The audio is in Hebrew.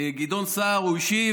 גדעון סער השיב